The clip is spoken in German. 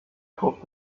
korb